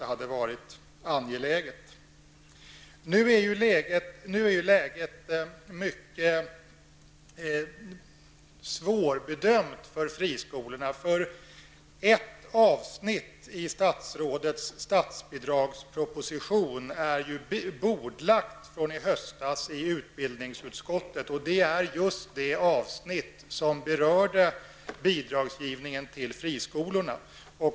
Det hade regeringen naturligtvis kunnat göra, om man hade ansett att det hade varit angeläget. Nu är läget för friskolorna mycket svårbedömt. Ett avsnitt i statsrådets statsbidragsproposition är ju sedan i höstas bordlagt i utbildningsutskottet. Det är just det avsnitt som berör bidragsgivningen till friskolorna.